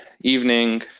evening